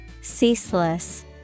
Ceaseless